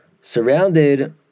surrounded